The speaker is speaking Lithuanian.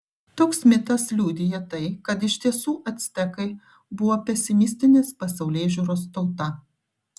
toks mitas liudija tai kad iš tiesų actekai buvo pesimistinės pasaulėžiūros tauta